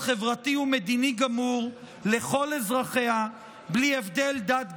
חברתי ומדיני גמור לכל אזרחיה בלי הבדל דת,